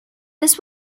this